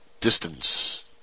distance